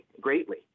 greatly